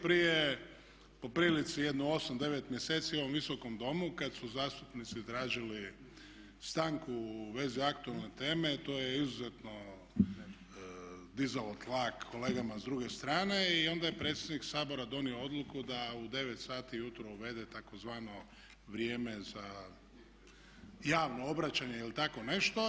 Prije po prilici jedno 8, 9 mjeseci u ovom Visokom domu kad su zastupnici tražili stanku u vezi aktualne teme to je izuzetno dizalo tlak kolegama s druge strane i onda je predsjednik Sabora donio odluku da u 9 sati ujutro uvede tzv. vrijeme za javno obraćanje i tako nešto.